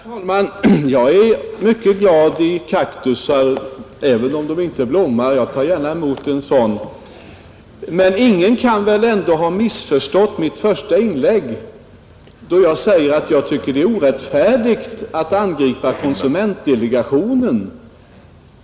Herr talman! Jag är mycket glad i kaktusar, även om de inte blommar, och jag tar gärna emot en sådan. Ingen kan väl ändå ha missförstått mitt första inlägg, då jag säger att jag tycker det är orättfärdigt att angripa konsumentdelegationen.